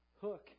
hook